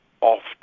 often